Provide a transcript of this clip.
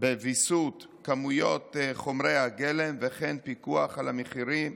בוויסות כמויות חומרי הגלם, וכן פיקוח על המחירים.